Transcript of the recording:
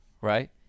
right